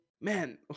Man